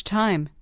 time